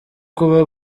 kuba